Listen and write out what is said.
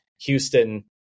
Houston